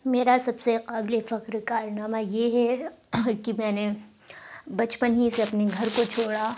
میرا سب سے قابل فخر کارنامہ یہ ہے کہ میں نے بچپن ہی سے اپنے گھر کو چھوڑا